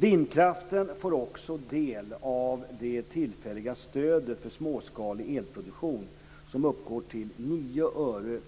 Vindkraften får också del av det tillfälliga stödet för småskalig elproduktion, som uppgår till 9 öre